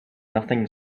nothing